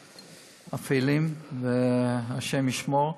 אפלים, השם ישמור,